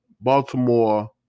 Baltimore